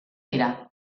dira